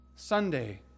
Sunday